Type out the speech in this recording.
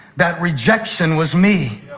that rejection was me.